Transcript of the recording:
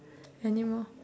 anymore